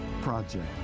project